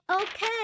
Okay